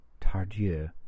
Tardieu